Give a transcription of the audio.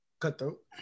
cutthroat